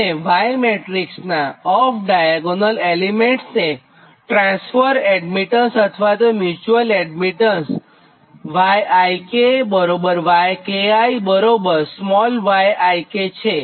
અને Y મેટ્રીક્સનાં off diagonal elements એ ટ્રાંસફર એડમીટન્સ અથવા મ્યુચુઅલ એડમીટન્સ YikYki yik છે